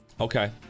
Okay